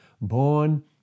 born